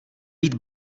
být